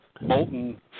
molten